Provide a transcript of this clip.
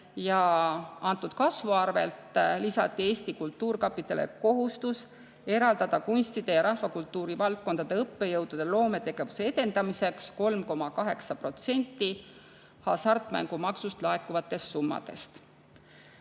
Antud kasvu arvelt lisati Eesti Kultuurkapitalile kohustus eraldada kunstide ja rahvakultuuri valdkondade õppejõudude loometegevuse edendamiseks 3,8% hasartmängumaksust laekuvatest summadest.